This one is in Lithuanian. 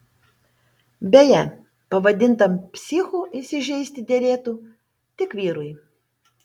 beje pavadintam psichu įsižeisti derėtų tik vyrui